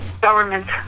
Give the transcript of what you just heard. government